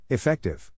Effective